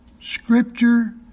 Scripture